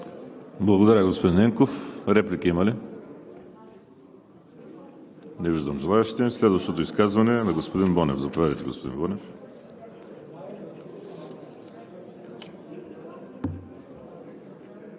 Благодаря, господин Ненков. Реплики има ли? Не виждам желаещи. Следващото изказване е на господин Бонев. Заповядайте, господин Бонев.